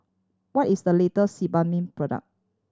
what is the latest Sebamed product